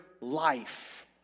life